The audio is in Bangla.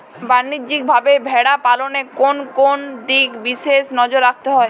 বাণিজ্যিকভাবে ভেড়া পালনে কোন কোন দিকে বিশেষ নজর রাখতে হয়?